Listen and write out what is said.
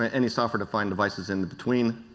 ah any software defined devices in between,